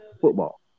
football